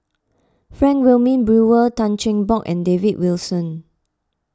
Frank Wilmin Brewer Tan Cheng Bock and David Wilson